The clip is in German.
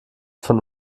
von